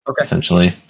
essentially